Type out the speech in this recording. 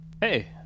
Hey